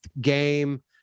game